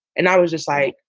and i was just like,